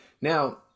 Now